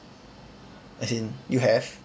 as in you have